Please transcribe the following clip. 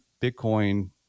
Bitcoin